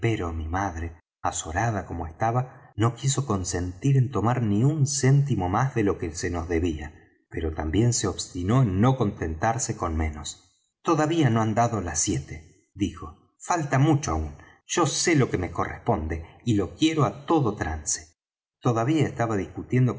mi madre azorada como estaba no quiso consentir en tomar ni un céntimo más de lo que se nos debía pero también se obstinó en no contentarse con menos todavía no han dado las siete dijo falta mucho aún yo sé lo que me corresponde y lo quiero á todo trance todavía estaba discutiendo